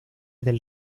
del